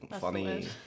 funny